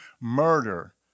murder